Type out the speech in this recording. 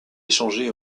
échangé